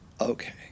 Okay